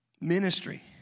ministry